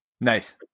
Nice